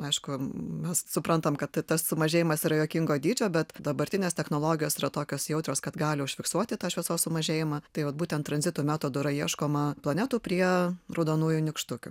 aišku mes suprantam kad tas sumažėjimas yra juokingo dydžio bet dabartinės technologijos yra tokios jautrios kad gali užfiksuoti tą šviesos sumažėjimą tai vat būtent tranzito metodu yra ieškoma planetų prie raudonųjų nykštukių